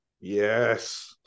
yes